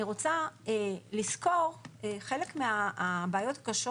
אני רוצה לסקור חלק מהבעיות הקשות